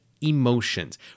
emotions